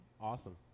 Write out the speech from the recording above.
Awesome